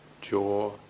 jaw